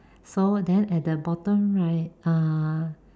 so then at the bottom right uh